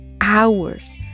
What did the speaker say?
hours